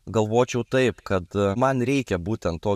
galvočiau taip kad man reikia būtent to